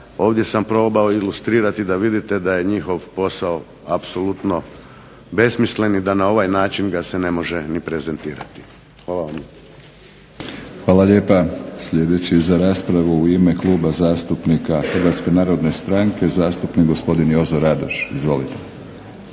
ovdje sam probao ilustrirati da vidite da je njihov posao apsolutno besmislen i da na ovaj način ga se ne može ni prezentirati. Hvala vam. **Batinić, Milorad (HNS)** Hvala lijepa. Sljedeći za raspravu je u ime Kluba zastupnika Hrvatske narodne stranke, zastupnik gospodin Jozo Radoš. Izvolite.